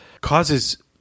causes